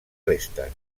restes